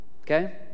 Okay